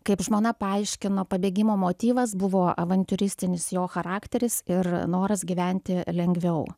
kaip žmona paaiškino pabėgimo motyvas buvo avantiūristinis jo charakteris ir noras gyventi lengviau